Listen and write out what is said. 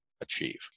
achieve